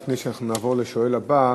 לפני שנעבור לשואל הבא,